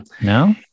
no